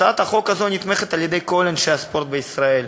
הצעת החוק הזאת נתמכת על-ידי כל אנשי הספורט בישראל.